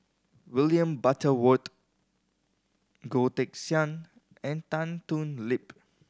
William Butterworth Goh Teck Sian and Tan Thoon Lip